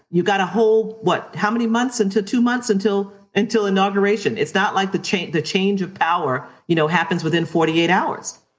you've got a whole, what, how many months, until two months until until inauguration. it's not like the change the change of power you know happens within forty eight hours.